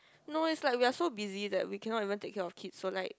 no it's like we're so busy that we cannot even take care of kids so like